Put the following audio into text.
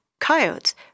coyotes